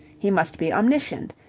he must be omniscient,